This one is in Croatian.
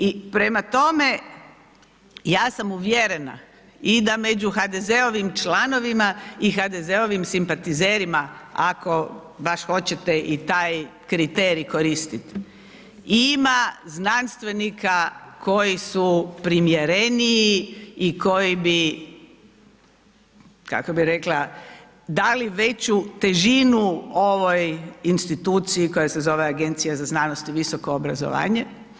I prema tome ja sam uvjerena i da među HDZ-ovim članovima i HDZ-ovim simpatizerima ako baš hoćete i taj kriterij koristit, ima znanstvenika koji su primjereniji i koji bi kako bi rekla dali veću težinu ovoj instituciji koja se zove Agencija za znanost i visoko obrazovanje.